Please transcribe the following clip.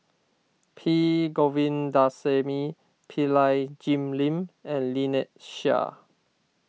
P Govindasamy Pillai Jim Lim and Lynnette Seah